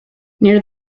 near